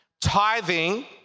tithing